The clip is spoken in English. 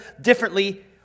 differently